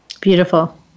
Beautiful